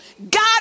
God